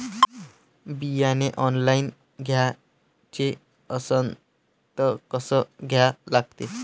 बियाने ऑनलाइन घ्याचे असन त कसं घ्या लागते?